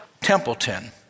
Templeton